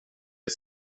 ett